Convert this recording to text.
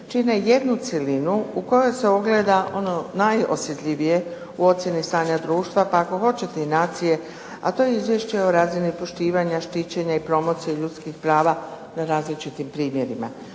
čine jednu cjelinu u kojoj se ogleda ono najosjetljivije u ocjeni stanja društva pa ako hoćete i nacije a to je izvješće o razini poštivanja, štićenja i promocije ljudskih prava na različitim primjerima,